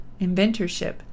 Inventorship